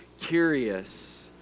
curious